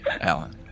Alan